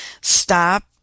stop